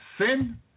sin